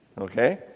Okay